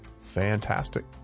fantastic